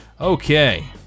Okay